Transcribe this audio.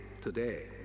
today